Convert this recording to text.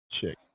chick